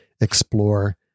explore